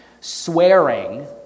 swearing